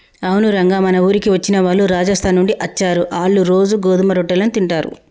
అవును రంగ మన ఊరికి వచ్చిన వాళ్ళు రాజస్థాన్ నుండి అచ్చారు, ఆళ్ళ్ళు రోజూ గోధుమ రొట్టెలను తింటారు